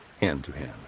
hand-to-hand